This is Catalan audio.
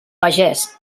pagès